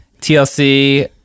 tlc